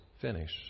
finish